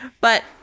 But-